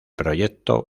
proyecto